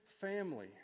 family